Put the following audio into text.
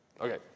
Okay